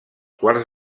quarts